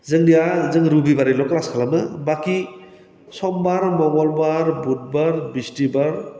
जोंनिया जोङो रबिबारैल' क्लास खालामो बाखि सम्बार मंगलबार बुधबार बिस्थिबार